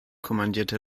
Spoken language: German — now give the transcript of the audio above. kommandierte